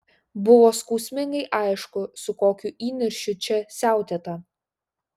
buvo skausmingai aišku su kokiu įniršiu čia siautėta